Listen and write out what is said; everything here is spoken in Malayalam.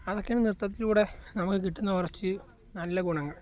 അതൊക്കെയാണ് നൃത്തത്തിലൂടെ നമുക്ക് കിട്ടുന്ന കുറച്ച് നല്ല ഗുണങ്ങൾ